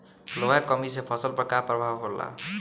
लोहा के कमी से फसल पर का प्रभाव होला?